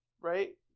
right